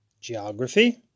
geography